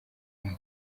mwaka